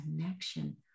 connection